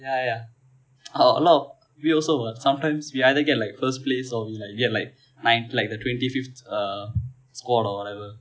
ya ya a lot of we also what sometimes we either get like first place or we like we get like ninth like the twenty fifth eh squad or whatever